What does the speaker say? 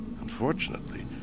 Unfortunately